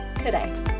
today